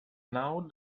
now